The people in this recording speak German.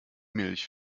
milch